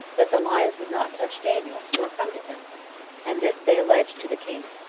that the lions would not touch daniel, nor come to him and this they alleged to the king.